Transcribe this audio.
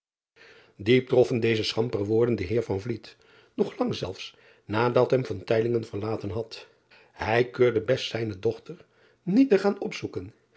troffen deze schampere woorden den eer nog lang zelfs nadat hem verlaten had ij keurde best zijne dochter niet te gaan opzoeken